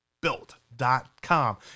Built.com